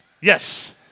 Yes